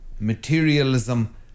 materialism